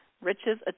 riches